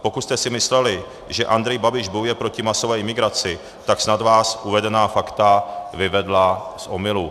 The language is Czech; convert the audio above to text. Pokud jste si mysleli, že Andrej Babiš bojuje proti masové imigraci, tak snad vás uvedená fakta vyvedla z omylu.